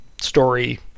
story